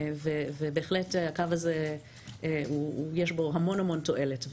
בהחלט יש בקו הזה המון תועלת.